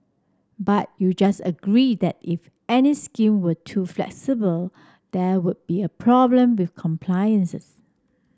but you just agreed that if any scheme were too flexible there would be a problem with compliances